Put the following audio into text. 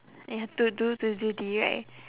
you have to do to two D right